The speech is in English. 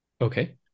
Okay